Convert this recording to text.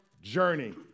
journey